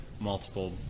multiple